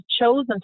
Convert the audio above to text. chosen